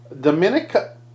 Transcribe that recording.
Dominica